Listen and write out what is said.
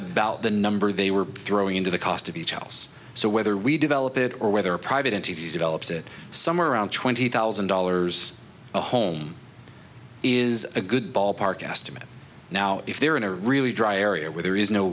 about the number they were throwing into the cost of each house so whether we develop it or whether a private entity develops it somewhere around twenty thousand dollars a home is a good ballpark estimate now if they're in a really dry area where there is no